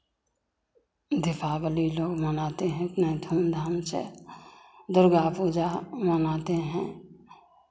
दीपावली लोग मनाते हैं इतना धूमधाम से दुर्गा पूजा मनाते हैं